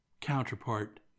counterpart